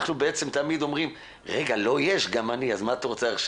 אנחנו תמיד אומרים שלו יש, גם אני רוצה.